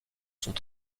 sont